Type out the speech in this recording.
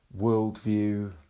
worldview